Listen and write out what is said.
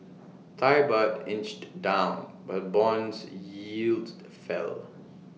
Thai Baht inched down while bonds yields fell